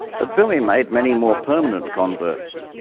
but billy made many more permanent converts,